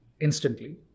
instantly